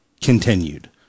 continued